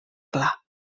clar